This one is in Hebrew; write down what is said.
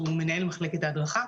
שהוא מנהל מחלקת ההדרכה,